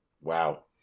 Wow